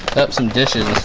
up some dishes